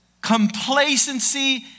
complacency